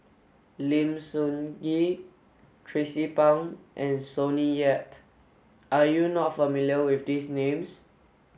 Lim Sun Gee Tracie Pang and Sonny Yap are you not familiar with these names